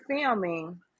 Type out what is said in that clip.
filming